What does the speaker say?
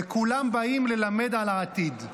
וכולם באים ללמד על העתיד.